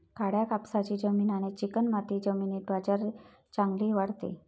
काळ्या कापसाची जमीन आणि चिकणमाती जमिनीत बाजरी चांगली वाढते